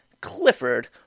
Clifford